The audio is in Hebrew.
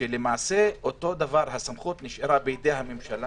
שלמעשה הסמכות נשארה בידי הממשלה